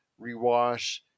rewash